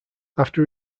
after